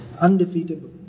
undefeatable